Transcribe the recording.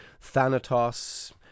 Thanatos